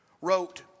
wrote